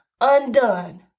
undone